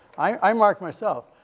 i marked myself.